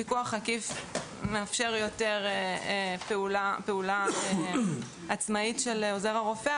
פיקוח עקיף מאפשר יותר פעולה עצמאית של עוזר הרופא,